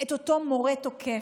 את אותו מורה תוקף.